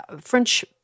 French